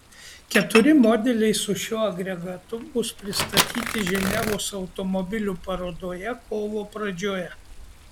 keturi modeliai su šiuo agregatu bus pristatyti ženevos automobilių parodoje kovo pradžioje